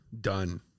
done